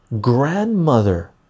grandmother